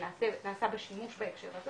שנעשה בה שימוש בהקשר הזה